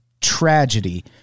tragedy